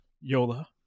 Yola